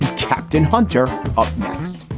captain hunter up next,